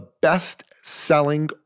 best-selling